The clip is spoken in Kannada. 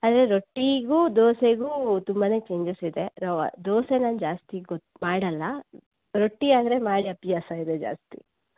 ಆದರೆ ರೊಟ್ಟಿಗೂ ದೋಸೆಗೂ ತುಂಬಾನೆ ಚೇಂಜಸ್ ಇದೆ ರವಾ ದೋಸೇನ ಜಾಸ್ತಿ ಗೊತ್ ಮಾಡಲ್ಲ ರೊಟ್ಟಿಯಾದರೆ ಮಾಡಿ ಅಭ್ಯಾಸ ಇದೆ ಜಾಸ್ತಿ